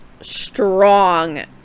strong